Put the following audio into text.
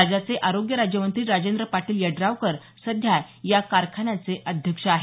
राज्याचे आरोग्य राज्यमंत्री राजेंद्र पाटील यड्रावकर सध्या या कारखान्याचे अध्यक्ष आहेत